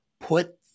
put